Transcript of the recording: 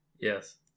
Yes